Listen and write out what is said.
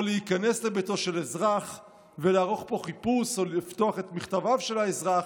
או להיכנס לביתו של אזרח ולערוך בו חיפוש או לפתוח את מכתביו של האזרח,